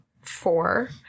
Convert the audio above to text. four